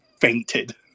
fainted